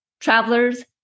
Travelers